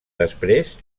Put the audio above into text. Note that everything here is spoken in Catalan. després